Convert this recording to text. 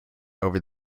over